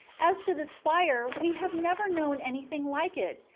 as to this fire, we have never known anything like it,